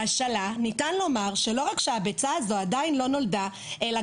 ניתן לומר שלא רק שהביצה הזאת עדיין לא נולדה אלא